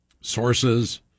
sources